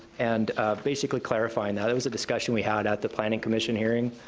and basically clarifying that. it was a discussion we had at the planning commission hearing,